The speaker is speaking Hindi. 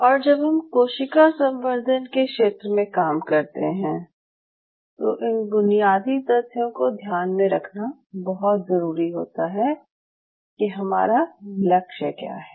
और जब हम कोशिका संवर्धन के क्षेत्र में काम करते हैं तो इन बुनियादी तथ्यों को ध्यान में रखना बहुत ज़रूरी होता है कि हमारा लक्ष्य क्या है